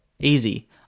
easy